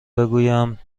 بگویم